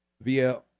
via